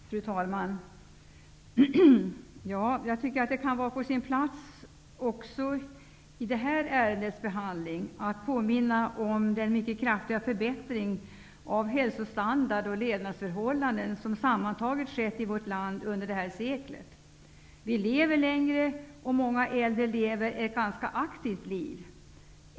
Fru talman! Jag tycker att det kan vara på sin plats även vid det här ärendets behandling att påminna om den mycket kraftiga förbättring av hälsostandard och levnadsförhållanden som sammantaget skett i vårt land under detta sekel. Vi lever längre, och många äldre har ett ganska aktivt liv.